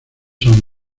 son